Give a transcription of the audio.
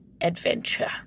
adventure